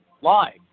live